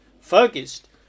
focused